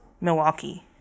Milwaukee